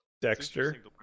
Dexter